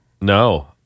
No